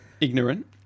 ignorant